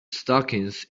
stockings